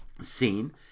scene